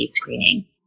screening